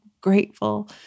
grateful